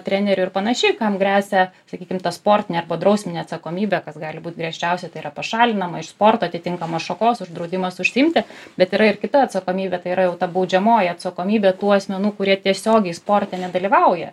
trenerių ir panašiai kam gresia sakykim tą sportinę arba drausminę atsakomybę kas gali būt griežčiausia tai yra pašalinama iš sporto atitinkamos šakos uždraudimas užsiimti bet yra ir kita atsakomybė tai yra jau ta baudžiamoji atsakomybė tų asmenų kurie tiesiogiai sporte nedalyvauja